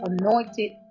anointed